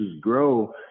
grow